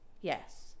Yes